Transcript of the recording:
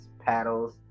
paddles